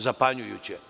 Zapanjujuće.